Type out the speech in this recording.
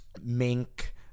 mink